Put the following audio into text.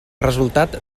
resultat